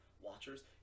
watchers